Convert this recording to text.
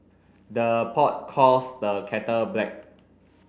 the pot calls the kettle black